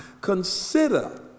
consider